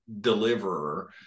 deliverer